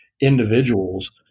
individuals